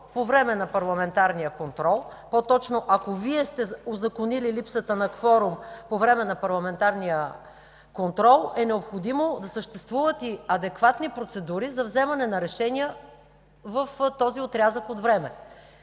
по време на парламентарния контрол, по-точно ако Вие сте узаконили липсата на кворум по време на парламентарния контрол, е необходимо да съществуват и адекватни процедури за вземане на решения в този отрязък от време.